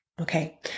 Okay